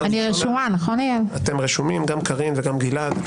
אתם רשומים, גם קארין וגם גלעד.